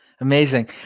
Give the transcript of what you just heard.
Amazing